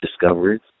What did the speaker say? discoveries